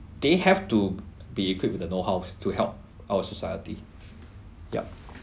they have to be equipped with the know-hows to help our society yup